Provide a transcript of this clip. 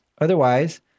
Otherwise